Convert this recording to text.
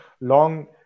long